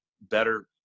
better